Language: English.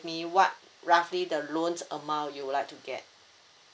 me what roughly the loans amount you would like to get